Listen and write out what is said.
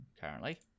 currently